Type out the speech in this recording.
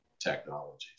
technologies